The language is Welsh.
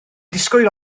disgwyl